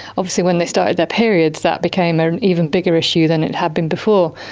obviously when they started their periods that became an even bigger issue than it had been before.